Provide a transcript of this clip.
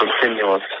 continuous